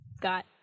got